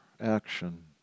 action